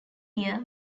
year